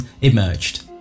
emerged